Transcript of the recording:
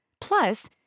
Plus